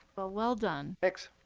well, well done. thanks.